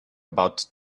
about